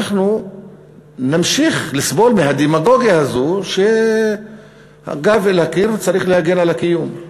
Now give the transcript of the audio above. אנחנו נמשיך לסבול מהדמגוגיה הזאת שהגב אל הקיר וצריך להגן על הקיום.